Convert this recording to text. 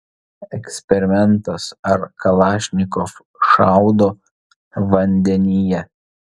eksperimentas ar kalašnikov šaudo vandenyje